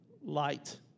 Light